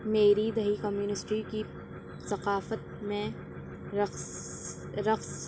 میری دہی کمیونسٹری کی ثقافت میں رقص رقص